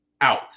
out